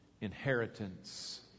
inheritance